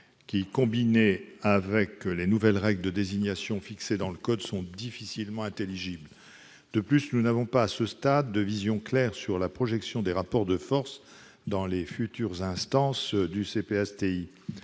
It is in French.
qui, combinées avec les nouvelles règles de désignation fixées dans le code, sont difficilement intelligibles. De plus, nous n'avons pas, à ce stade, une vision claire sur la projection des rapports de force dans les futures instances du CPSTI.